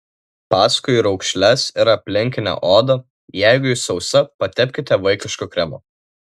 paskui raukšles ir aplinkinę odą jeigu ji sausa patepkite vaikišku kremu